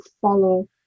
follow